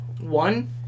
One